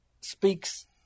speaks